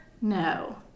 No